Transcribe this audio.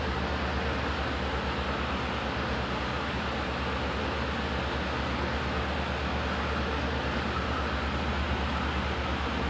then um we will take out those uh which are dirty then we will we will take the clean ones then uh we will go to the various supermarkets then we will offer